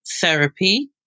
therapy